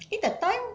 eh that time